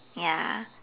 ya